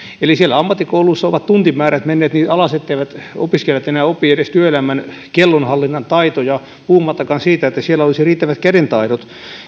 eli siellä ammattikouluissa ovat tuntimäärät menneet niin alas etteivät opiskelijat enää opi edes työelämän kellonhallinnan taitoja puhumattakaan siitä että siellä olisi riittävät kädentaidot